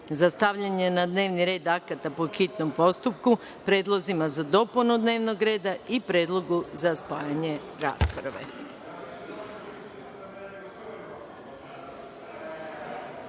za stavljanje na dnevni red akata po hitnom postupku, predlozima za dopunu dnevnog reda i predlogu za spajanje